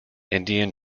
indian